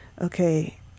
okay